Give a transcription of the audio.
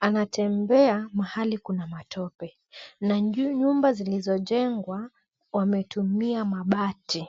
Anatembea mahali kuna matope. Na nyumba zilizojengwa, wametumia mabati.